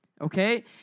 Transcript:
okay